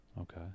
Okay